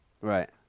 Right